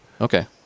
Okay